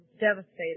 devastated